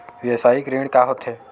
व्यवसायिक ऋण का होथे?